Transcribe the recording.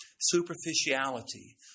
superficiality